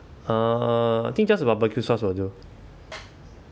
uh I think just the barbecue sauce will do